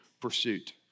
pursuit